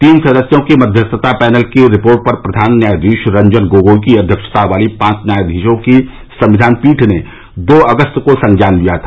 तीन सदस्यों के मध्यस्थता पैनल की रिपोर्ट पर प्रधान न्यायाधीश रंजन गोगोई की अव्यक्षता वाली पांच न्यायाधीशों की संविधान पीठ ने दो अगस्त को संज्ञान लिया था